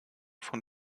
von